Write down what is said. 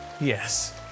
Yes